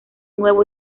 nuevo